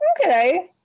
Okay